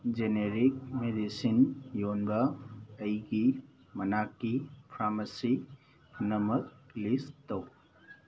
generic medicine ꯌꯣꯟꯕ ꯑꯩꯒꯤ ꯃꯅꯥꯛꯀꯤ ꯐꯥꯔꯃꯥꯁꯤ ꯄꯨꯝꯅꯃꯛ ꯂꯤꯁ ꯇꯧ